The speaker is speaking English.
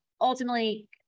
ultimately